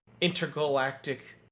intergalactic